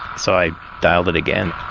so i dialed it again